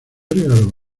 regalo